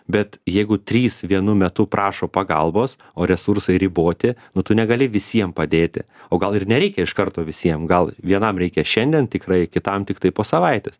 bet jeigu trys vienu metu prašo pagalbos o resursai riboti nu tu negali visiem padėti o gal ir nereikia iš karto visiem gal vienam reikia šiandien tikrai kitam tiktai po savaitės